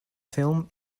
film